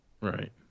right